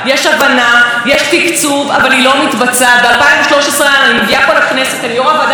ואנחנו מכנסים יחד את כל המנכ"לים של המשרדים שהיו אמורים לעבוד ביחד,